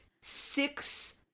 six